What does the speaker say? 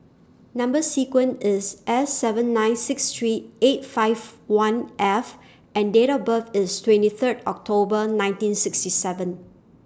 Number sequence IS S seven nine six three eight five one F and Date of birth IS twenty Third October nineteen sixty seven